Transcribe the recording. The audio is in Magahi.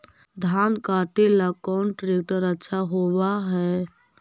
धान कटे ला कौन ट्रैक्टर अच्छा होबा है?